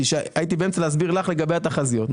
הייתי באמצע להסביר לךְ לגבי התחזיות,